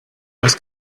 oes